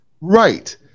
right